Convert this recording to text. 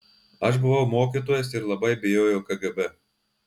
aš buvau mokytojas ir labai bijojau kgb